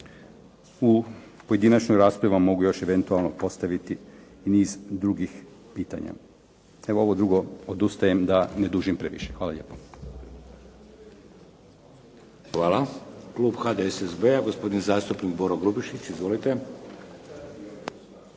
u pojedinačnim raspravama mogu još eventualno postaviti niz drugih pitanja. Evo ovo drugo odustajem da ne dužim previše. Hvala lijepo. **Šeks, Vladimir (HDZ)** Hvala. Klub HDSSB-a, gospodin zastupnik Boro Grubišić. Izvolite.